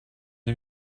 die